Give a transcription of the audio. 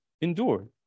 endured